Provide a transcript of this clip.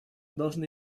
должны